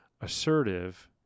assertive